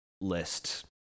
list